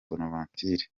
bonaventure